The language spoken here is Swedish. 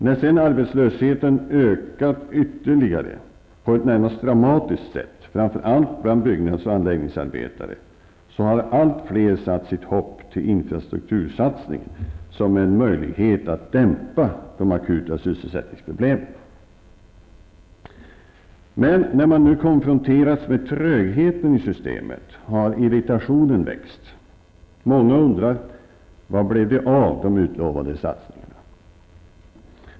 När sedan arbetslösheten har ökat ytterligare på ett närmast dramatiskt sätt, framför allt bland byggnads och anläggningsarbetare, har allt fler satt sitt hopp till infrastruktursatsningar som en möjlighet att dämpa de akuta sysselsättningsproblemen. När man nu konfronteras med trögheten i systemet har irritationen växt. Många undrar vad det blev av de utlovade satsningarna.